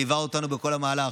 שליווה אותנו בכל המהלך,